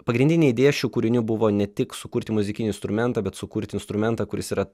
pagrindinė idėja šių kūrinių buvo ne tik sukurti muzikinį instrumentą bet sukurti instrumentą kuris yra